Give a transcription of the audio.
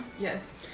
Yes